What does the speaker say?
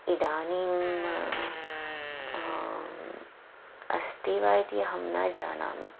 इदानीम् अस्ति वा इति अहं न जानामि